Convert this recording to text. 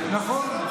נכון.